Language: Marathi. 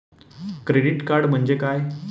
क्रेडिट कार्ड म्हणजे काय?